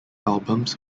albums